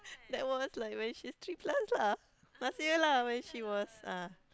that was like when she's three plus lah last year lah when she was uh